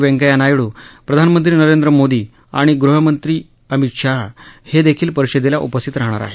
व्यंकथ्या नायडू प्रधानमंत्री नरेंद्र मोदी आणि गृहमंत्री अमित शाह हे देखील परिषदेला उपस्थित राहाणार आहेत